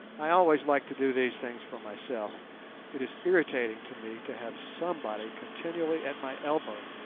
i always like to do these things for myself it is irritating to me to have somebody continually at my elbow,